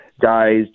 guys